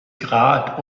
grat